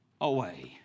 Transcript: away